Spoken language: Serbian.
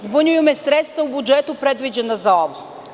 Zbunjuju me sredstva u budžetu predviđena ovo.